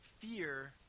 Fear